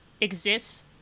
exists